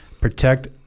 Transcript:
protect